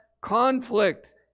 conflict